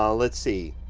um let's see,